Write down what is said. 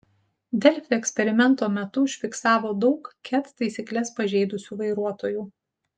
delfi eksperimento metu užfiksavo daug ket taisykles pažeidusių vairuotojų